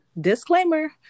disclaimer